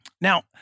Now